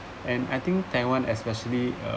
and I think taiwan especially uh